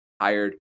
hired